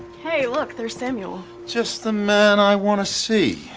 hey, look, there's samuel. just the man i want to see.